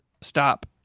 stop